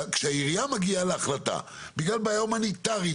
כשהעירייה מגיעה להחלטה בגלל בעיה הומניטרית,